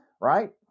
right